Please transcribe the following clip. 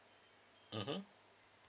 mmhmm